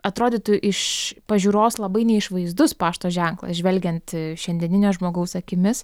atrodytų iš pažiūros labai neišvaizdus pašto ženklas žvelgiant šiandieninio žmogaus akimis